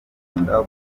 akunda